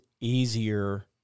easier